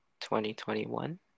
2021